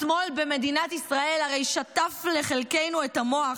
השמאל במדינת ישראל הרי שטף לחלקנו את המוח,